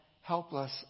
helpless